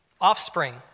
offspring